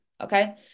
Okay